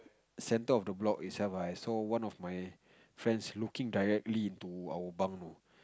center of the block itself I saw one of my friends looking directly into our bunk know